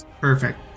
Perfect